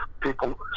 people